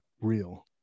real